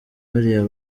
bariya